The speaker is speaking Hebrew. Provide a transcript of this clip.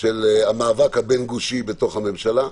של המאבק הבין-גושי בתוך הממשלה.